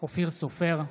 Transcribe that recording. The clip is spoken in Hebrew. אופיר סופר,